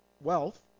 wealth